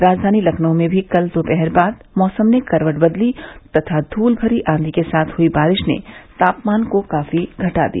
राजधानी लखनऊ में भी कल दोपहर बाद मौसम ने करवट बदली तथा धूल भरी आंधी के साथ हुई बारिश ने तापमान को काफी घटा दिया